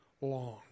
long